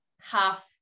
half